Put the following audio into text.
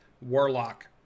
warlock